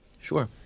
Sure